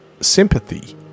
sympathy